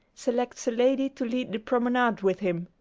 selects a lady to lead the promenade with him.